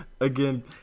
again